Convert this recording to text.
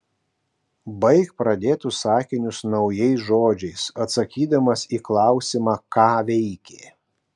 baik pradėtus sakinius naujais žodžiais atsakydamas į klausimą ką veikė